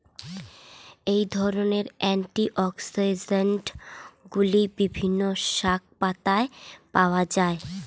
এই ধরনের অ্যান্টিঅক্সিড্যান্টগুলি বিভিন্ন শাকপাতায় পাওয়া য়ায়